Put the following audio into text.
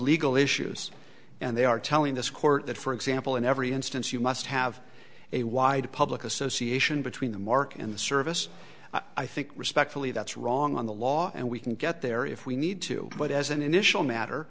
legal issues and they are telling this court that for example in every instance you must have a wide public association between the market in the service i think respectfully that's wrong on the law and we can get there if we need to but as an initial matter